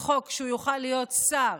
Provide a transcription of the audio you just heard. חוק שהוא יוכל להיות שר